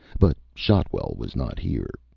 but shotwell was not here.